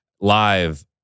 live